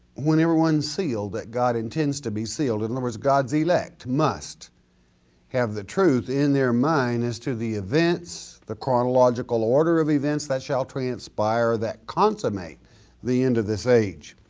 when everyone's sealed that god intends to be sealed. in other words god's elect must have the truth in their mind as to the events, the chronological order of events that shall transpire that consummate the end of this age.